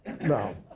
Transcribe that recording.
No